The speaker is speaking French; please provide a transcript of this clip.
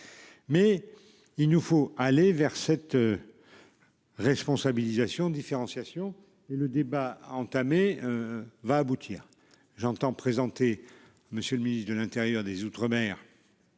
Mais il nous faut aller vers cette. Responsabilisation différenciation et le débat entamé. Va aboutir. J'entends présenté monsieur le ministre de l'Intérieur, des Outre-mer.